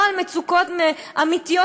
לא על מצוקות אמיתיות.